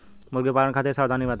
मुर्गी पालन खातिर सावधानी बताई?